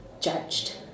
judged